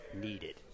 needed